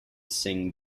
sing